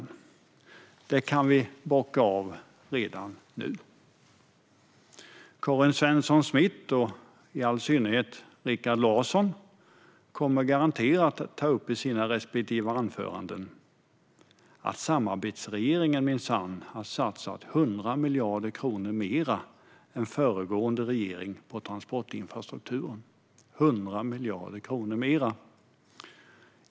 En sak kan vi dock bocka av redan nu: Karin Svensson Smith och, i all synnerhet, Rikard Larsson kommer garanterat att ta upp i sina respektive anföranden att samarbetsregeringen minsann har satsat 100 miljarder kronor mer än föregående regering på transportinfrastrukturen - 100 miljarder kronor mer!